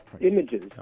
Images